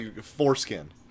Foreskin